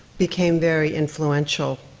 became very influential.